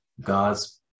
God's